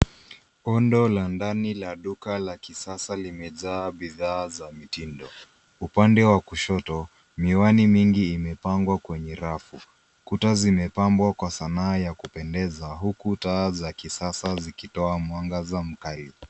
Undo la ndani la duka la kisasa limejaa bidhaa za mitindo. Upande wa kushoto, miwani mingi imepangwa kwenye rafu. Kuta zimepambwa kwa sanaa ya kupendeza huku taa za kisasa zikitoa mwangaza mkali.